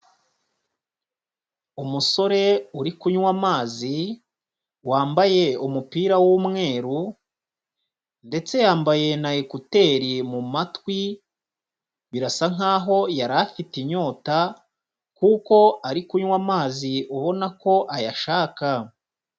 Umusore uri kunywa amazi wambaye umupira w'umweru ndetse yambaye n'ekuteri mu matwi, birasa nkaho yari afite inyota kuko ari kunywa amazi ubona ko ayashaka.